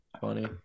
funny